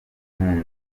impunzi